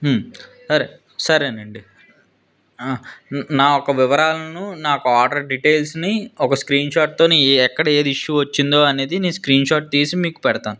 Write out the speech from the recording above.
సరే సరేనండి నా యొక్క వివరాలను నాకు ఆర్డర్ డీటైల్స్ని ఒక స్క్రీన్షాట్ తోని ఎక్కడ ఏది ఇష్యూ వచ్చిందో అనేది నేను స్క్రీన్షాట్ తీసి మీకు పెడతాను